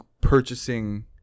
purchasing